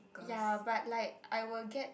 ya but like I will get